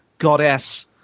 goddess